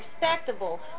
respectable